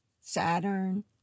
Saturn